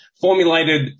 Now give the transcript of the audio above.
formulated